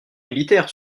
militaires